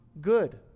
good